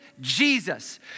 Jesus